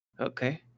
Okay